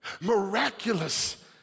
miraculous